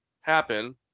happen